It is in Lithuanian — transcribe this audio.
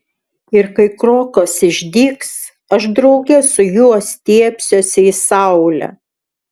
ir kai krokas išdygs aš drauge su juo stiebsiuosi į saulę